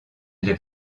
les